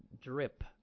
drip